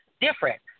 different